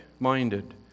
Minded